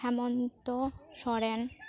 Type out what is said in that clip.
Hemant Soren